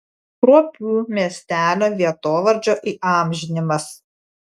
kruopių miestelio vietovardžio įamžinimas